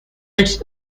its